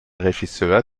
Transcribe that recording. regisseur